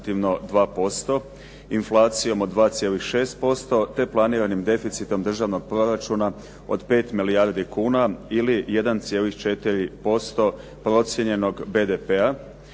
2%, inflacijom od 2,6% te planiranim deficitom državnog proračuna od 5 milijardi kuna ili 1,4% procijenjenog BDP-a,